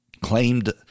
claimed